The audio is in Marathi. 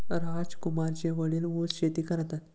राजकुमारचे वडील ऊस शेती करतात